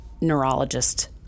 neurologist